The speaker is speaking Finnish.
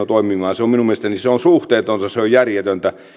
toimimaan se on minun mielestäni suhteetonta se on järjetöntä